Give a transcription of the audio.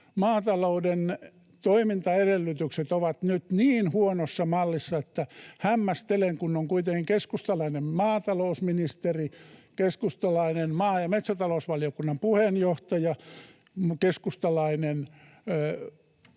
Maatalouden toimintaedellytykset ovat nyt niin huonossa mallissa, että hämmästelen, kun on kuitenkin keskustalainen maatalousministeri, keskustalainen maa- ja metsätalousvaliokunnan puheenjohtaja ja keskustalainen